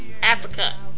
Africa